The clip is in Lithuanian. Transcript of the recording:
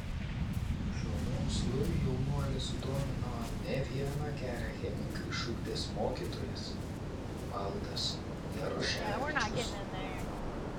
šiuo mokslu jaunuolį sudomino ne vieną gerą chemiką išugdęs mokytojas valdas jaruševičius